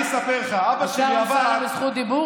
אני אספר לך, חבר הכנסת רם בן ברק.